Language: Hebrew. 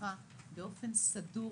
ותמיכה באופן סדור